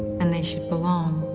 and they should belong